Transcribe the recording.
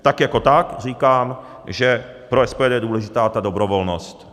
Tak jako tak, říkám, že pro SPD je důležitá ta dobrovolnost.